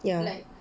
ya